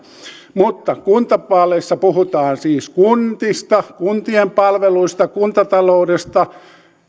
mutta kuntavaaleissa puhutaan siis kunnista kuntien palveluista kuntataloudesta